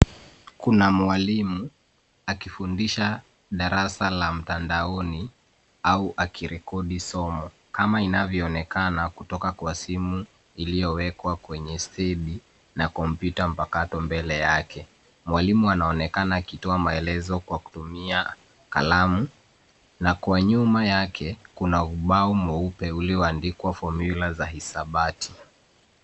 Kuna mwalimu akifundisha darasa la mtandaoni au akirekodi somo kama inavyoonekana kutoka kwa simu iliyowekwa kwenye stendi na kompyuta mpakato mbele yake. Mwalimu anaonekana akitoa maelezo kwa kutumia kalamu na kwa nyuma yake, kuna ubao mweupe ulioandikwa fomula za hisabati.